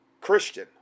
christian